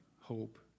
hope